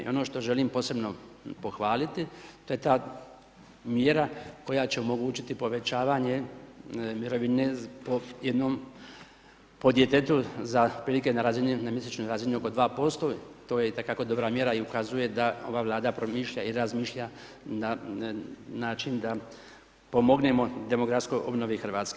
I ono što želim posebno pohvaliti to je ta mjera koja će omogućiti povećavanje mirovine po jednom djetetu, za otprilike na mjesečnoj razini oko 2% to je itekako dobra mjera ukazuje da ova vlada promišlja i razmišlja na način da pomognemo demografskoj obnovi Hrvatske.